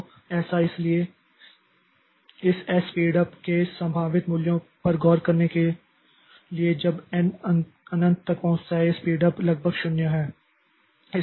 तो ऐसा इसलिए इस एस स्पीड उप के इस संभावित मूल्यों पर गौर करने के लिए जब एन अनंत तक पहुंचता है तो यह स्पीड उप लगभग 0 है